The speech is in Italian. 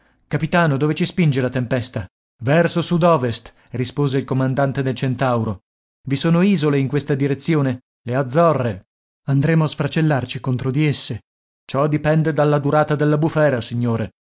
capitano dove ci spinge la tempesta verso sud ovest rispose il comandante del entauro i sono isole in questa direzione le azzorre andremo a sfracellarci contro di esse ciò dipende dalla durata della bufera signore